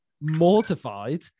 mortified